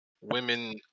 Women